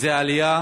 שזו עלייה